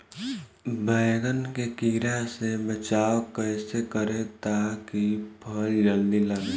बैंगन के कीड़ा से बचाव कैसे करे ता की फल जल्दी लगे?